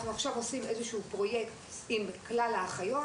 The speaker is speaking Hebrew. אנחנו עושים עכשיו פרויקט עם כלל האחיות,